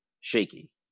shaky